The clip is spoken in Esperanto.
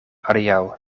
adiaŭ